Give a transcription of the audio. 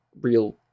real